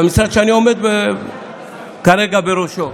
במשרד שאני עומד כרגע בראשו,